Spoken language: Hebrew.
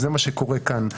זה מה שקורה כאן.